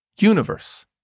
universe